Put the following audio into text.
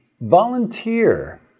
volunteer